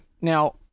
Now